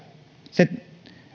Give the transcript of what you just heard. se